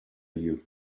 you